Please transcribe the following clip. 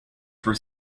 for